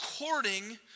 according